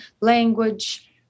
language